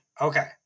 Okay